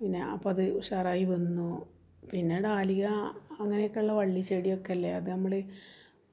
പിന്നെ അപ്പം അത് ഉഷാറായി വന്നു പിന്നെ ടാലിയാ അങ്ങനെയൊക്കെയുള്ള വള്ളിച്ചെടിയൊക്കെയല്ലേ അതു നമ്മൾ